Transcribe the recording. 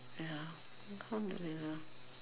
ya alhamdulillah